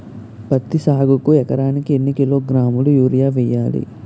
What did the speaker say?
పత్తి సాగుకు ఎకరానికి ఎన్నికిలోగ్రాములా యూరియా వెయ్యాలి?